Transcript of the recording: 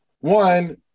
One